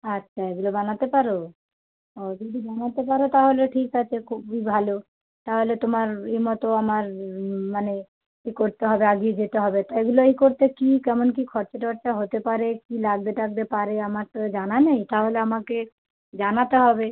আচ্ছা এগুলো বানাতে পারো ও যদি বানাতে পারো তাহলে ঠিক আছে খুবই ভালো তাহলে তোমার ই মতো আমার মানে করতে হবে আগিয়ে যেতে হবে তা এগুলা ই করতে কী কেমন কী খরচা টরচা হতে পারে কী লাগতে টাগতে পারে আমার তো জানা নেই তাহলে আমাকে জানাতে হবে